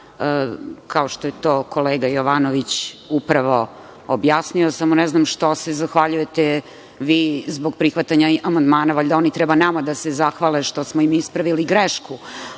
kao što je to kolega Jovanović upravo objasnio, samo ne znam što se zahvaljujete vi zbog prihvatanja amandmana, valjda oni treba nama da se zahvale što smo im ispravili grešku.